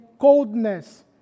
coldness